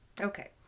Okay